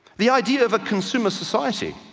the idea of a consumer society.